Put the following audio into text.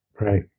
Right